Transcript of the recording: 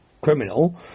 criminal